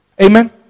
Amen